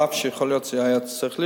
אף שיכול להיות שזה היה צריך להיות,